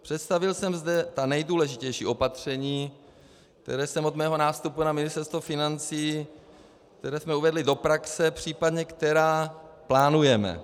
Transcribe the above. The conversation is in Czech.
Představil jsem zde ta nejdůležitější opatření, která jsem od svého nástupu na Ministerstvo financí, která jsme uvedli do praxe, případně která plánujeme.